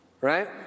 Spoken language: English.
Right